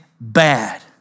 bad